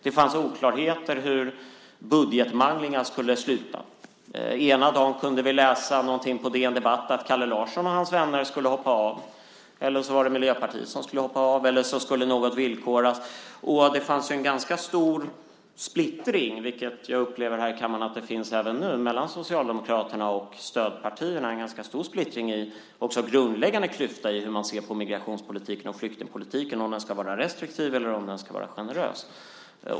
Det fanns oklarheter om hur budgetmanglingarna skulle sluta. Ena dagen kunde vi läsa på DN Debatt att Kalle Larsson och hans vänner skulle hoppa av, nästa dag var det Miljöpartiet som skulle hoppa av eller något som skulle villkoras. Det fanns en ganska stor splittring mellan Socialdemokraterna och stödpartierna, och jag upplever att det finns det nu också, när det gäller grundläggande syn på migrations och flyktingpolitiken och om den ska vara restriktiv eller generös.